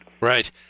Right